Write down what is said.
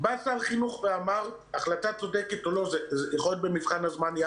בא שר החינוך בהחלטה צודקת או לא במבחן הזמן היא,